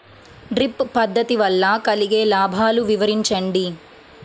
Drip పద్దతి వల్ల కలిగే లాభాలు వివరించండి?